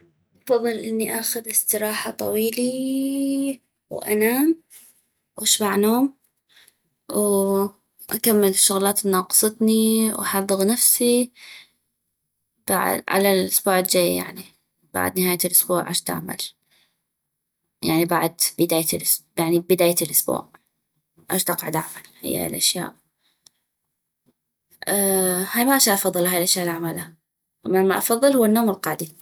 أفضل اني اخذ استراحة طويليييي وأنام واشبع نوم و اكمل الشغلات الي ناقصتني واحضغ نفسي على السبوع الجي يعني بعد نهاية السبوع اش دعمل يعني بعد بداية يعني ببداية السبوع اش دقعد اعمل هي هاي الأشياء هاي ما الأشياء الي افضلا هاي الأشياء الي عملا بينمها الافضل هما النوم والقعدي